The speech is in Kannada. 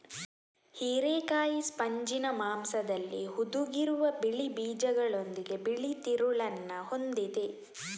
ಹಿರೇಕಾಯಿ ಸ್ಪಂಜಿನ ಮಾಂಸದಲ್ಲಿ ಹುದುಗಿರುವ ಬಿಳಿ ಬೀಜಗಳೊಂದಿಗೆ ಬಿಳಿ ತಿರುಳನ್ನ ಹೊಂದಿದೆ